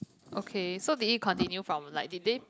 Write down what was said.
okay so did it continue from like that day